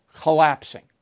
collapsing